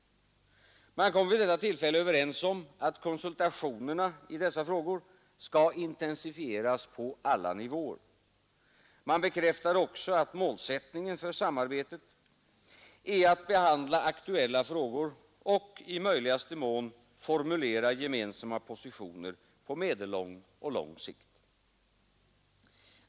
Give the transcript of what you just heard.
Man kom vid detta tillfälle överens om att konsultationerna i dessa frågor skall intensifieras på alla nivåer. Man bekräftade också att ttningen för samarbetet är att behandla aktuella frågor och, i möjligaste mån, formulera gemensamma positioner på medellång och lång sikt.